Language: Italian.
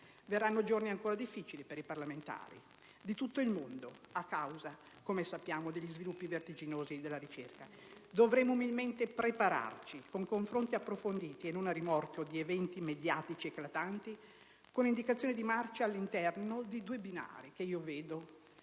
Verranno giorni ancora difficili per i parlamentari di tutto il mondo, a causa, come sappiamo, degli sviluppi vertiginosi della ricerca. Dovremo umilmente prepararci con confronti approfonditi e non a rimorchio di eventi mediatici eclatanti, con indicazioni di marcia all'interno di due binari che io vedo